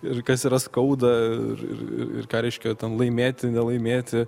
ir kas yra skauda ir ir ir ir ką reiškia laimėti nelaimėti